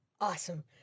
awesome